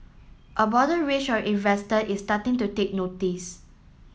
a broader range of investor is starting to take notice